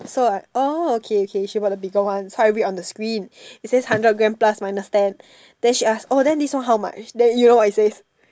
so like oh okay okay she bought the bigger one so I read on the screen it says hundred gram plus minus ten then she ask oh then this one how much then you know what it says